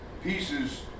pieces